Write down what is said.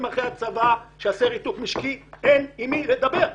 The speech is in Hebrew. אחרי הצבא שיעשה ריתוק משקי ואין עם מי לדבר.